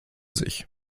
sich